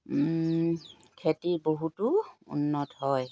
খেতি বহুতো উন্নত হয়